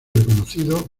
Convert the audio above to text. reconocido